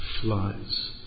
flies